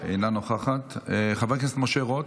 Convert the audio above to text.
אינה נוכחת, חבר הכנסת משה רוט,